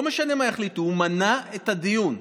לא משנה מה יחליטו, הוא מנע את הדיון.